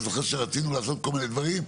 אני זוכר שרצינו לעשות כל מיני דברים.